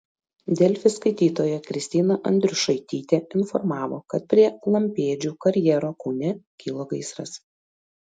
delfi skaitytoja kristina andriušaitytė informavo kad prie lampėdžių karjero kaune kilo gaisras